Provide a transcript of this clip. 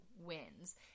wins